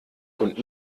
und